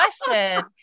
question